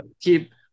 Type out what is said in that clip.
keep